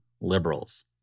liberals